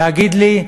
להגיד לי: